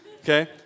Okay